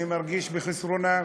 אני מרגיש בחסרונה,